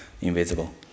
invisible